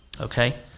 Okay